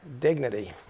dignity